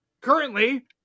Currently